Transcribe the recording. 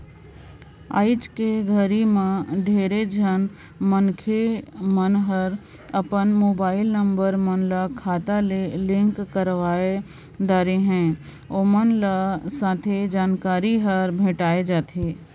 आइज के घरी मे ढेरे झन मइनसे मन हर अपन मुबाईल नंबर मन ल खाता ले लिंक करवाये दारेन है, ओमन ल सथे जानकारी हर भेंटाये जाथें